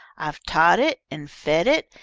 i've taught it, and fed it,